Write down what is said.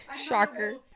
shocker